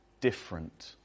different